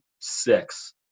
six